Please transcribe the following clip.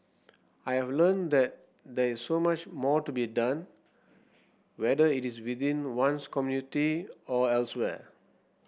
I have learnt that there is so much more to be done whether it is within one's community or elsewhere